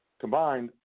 Combined